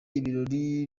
ibirori